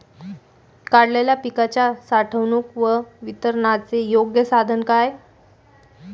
काढलेल्या पिकाच्या साठवणूक व वितरणाचे योग्य साधन काय?